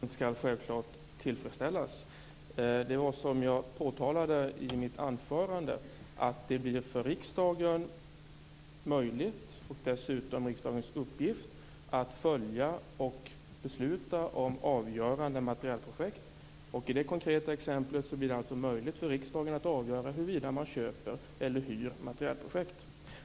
Fru talman! Den önskan skall självfallet tillfredsställas. Det blir, som jag påpekade i mitt anförande, möjligt för riksdagen att följa och besluta om avgörande materielprojekt. Det blir dessutom riksdagens uppgift. I det konkreta exemplet blir det alltså möjligt för riksdagen att avgöra huruvida man skall köpa eller hyra materiel.